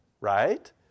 right